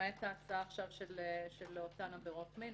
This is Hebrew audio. למעט ההצעה עכשיו של אותן עבירות מין,